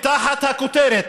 תחת הכותרת